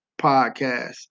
podcast